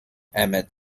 emmett